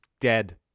dead